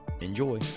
Enjoy